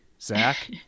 zach